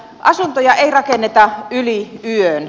asuntoja ei rakenneta yli yön